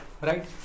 right